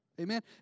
Amen